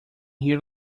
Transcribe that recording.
here